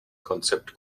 konzept